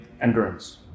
endurance